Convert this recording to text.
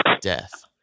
death